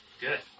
Good